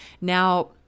Now